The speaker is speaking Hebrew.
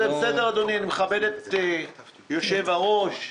אני מכבד את יושב הראש.